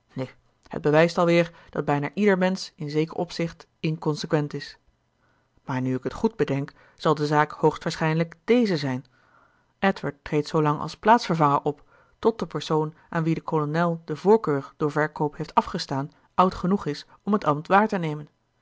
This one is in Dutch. het bewijst alweer dat bijna ieder mensch in zeker opzicht inconsequent is maar nu ik het goed bedenk zal de zaak hoogst waarschijnlijk deze zijn edward treedt zoolang als plaatsvervanger op tot de persoon aan wien de kolonel de voorkeur door verkoop heeft afgestaan oud genoeg is om het ambt waar te nemen